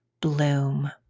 Bloom